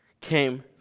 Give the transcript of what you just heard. came